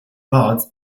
buds